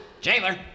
Jailer